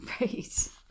Right